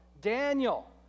Daniel